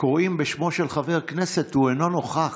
שקוראים בשמו של חבר כנסת והוא לא נוכח.